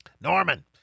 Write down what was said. Norman